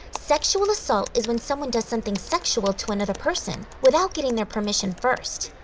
sexual assault is when someone does something sexual to another person without getting their permission first.